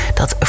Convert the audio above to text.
dat